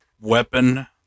weapon